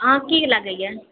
अहाँकेँ की लागैए